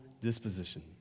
disposition